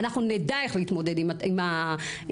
אנחנו נדע איך להתמודד עם התופעה,